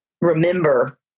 remember